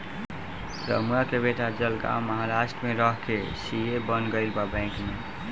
रमुआ के बेटा जलगांव महाराष्ट्र में रह के सी.ए बन गईल बा बैंक में